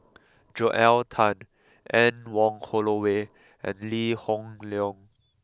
Joel Tan Anne Wong Holloway and Lee Hoon Leong